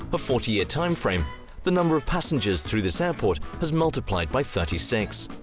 a forty year timeframe the number of passengers through this airport has multiplied by thirty six!